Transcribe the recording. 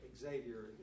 Xavier